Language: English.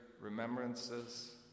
remembrances